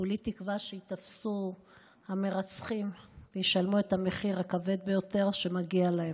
כולי תקווה שייתפסו המרצחים וישלמו את המחיר הכבד ביותר שמגיע להם.